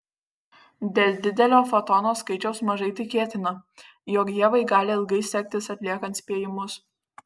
dėl didelio fotonų skaičiaus mažai tikėtina jog ievai gali ilgai sektis atliekant spėjimus